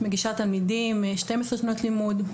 מגישה תלמידים עם 12 שנות לימוד.